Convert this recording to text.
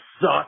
suck